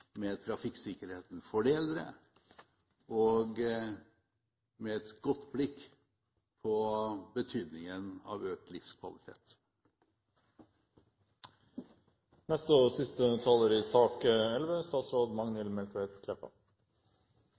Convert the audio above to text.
med trafikksikkerheten for de eldre, og ser med et godt blikk på betydningen av økt livskvalitet.